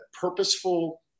purposeful